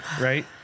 right